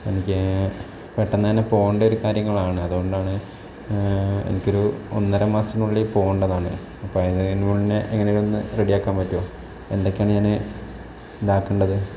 എനിക്ക് പെട്ടെന്ന് തന്നെ പോവേണ്ട ഒരു കാര്യങ്ങളാണ് അതുകൊണ്ടാണ് എനിക്ക് ഒരു ഒന്നര മാസത്തിനുള്ളിൽ പോവേണ്ടതാണ് അപ്പം അതിന് മുന്നേ എങ്ങനെയെങ്കിലും ഒന്ന് റെഡി ആക്കാൻ പറ്റുമോ എന്തൊക്കെയാണ് ഞാൻ ഇതാക്കേണ്ടത്